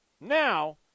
Now